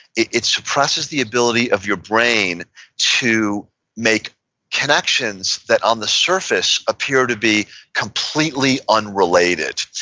it it suppresses the ability of your brain to make connections that, on the surface, appear to be completely unrelated,